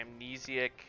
amnesiac